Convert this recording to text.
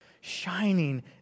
shining